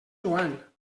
joan